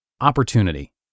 opportunity